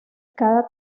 cada